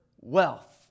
wealth